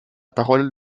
parole